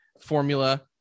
formula